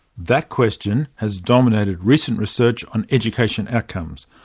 that question has dominated recent research on education outcomes.